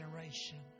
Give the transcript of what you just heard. generation